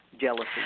jealousy